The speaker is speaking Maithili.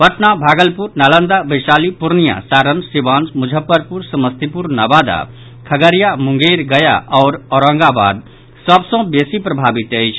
पटना भागलपुर नालंदा वैशाली पूर्णिया सारण सीवान मुजफ्फरपुर समस्तीपुर नवादा खगड़िया मुंगेर गया आओर औरंगाबाद सभ सँ बेसी प्रभावित अछि